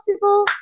possible